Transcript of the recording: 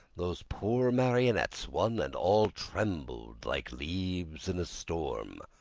those poor marionettes, one and all, trembled like leaves in a storm.